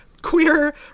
Queer